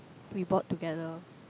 we bought together